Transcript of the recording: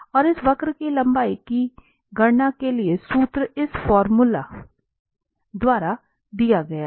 और इस वक्र की लंबाई की गणना के लिए सूत्र इस फार्मूला द्वारा दिया गया था